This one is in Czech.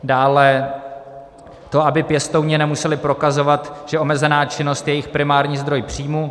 Dále to, aby pěstouni nemuseli prokazovat, že omezená činnost je jejich primární zdroj příjmu.